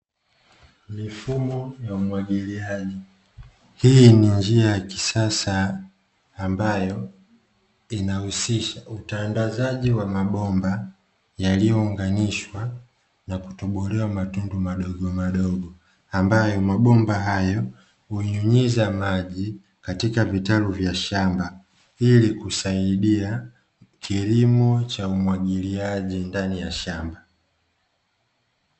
Mifumo ya umwagiliaji ni njia ya kisasa ambayo inahusisha utandazaji wa mabomba yaliyounganishwa na kutobolewa matundu madogo madogo ambayo mabomba hunyunyiza maji katika vitalu vya shamba ili kusaidia kilimo cha umwagiliaji ndani ya shamba.